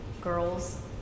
girls